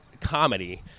comedy